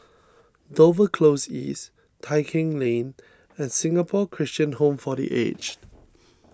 Dover Close East Tai Keng Lane and Singapore Christian Home for the Aged